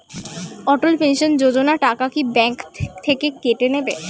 অটল pension Yojana টাকা কি bank থেকে কেটে নেবে?